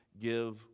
give